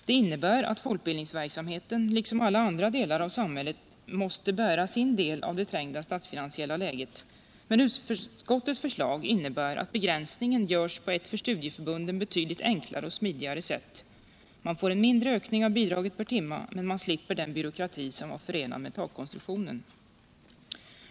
Detta innebär att folkbildningsverksamheten, liksom alla andra delar av samhället, måste bära sin del av det trängda statsfinansiella läget. Men utskottets förslag innebär att begränsningen görs på ett för studieförbunden betydligt enklare och smidigare sätt. Man får en mindre ökning av bidraget per timme, men man slipper den byråkrati som var förenad med takkonstruktionen.